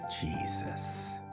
Jesus